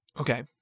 Okay